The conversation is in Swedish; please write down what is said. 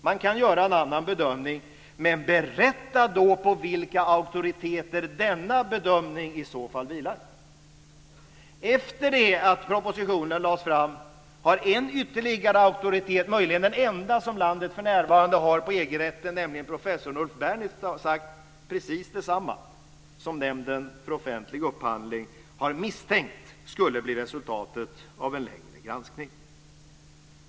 Man kan göra en annan bedömning, men berätta då på vilka auktoriteter denna bedömning vilar! Efter det att propositionen lades fram har en ytterligare auktoritet - möjligen den enda som landet för närvarande har på EG-rätten, nämligen professor Ulf Bernitz - sagt precis det samma som Nämnden för offentlig upphandling har misstänkt skulle bli resultatet av en längre granskning.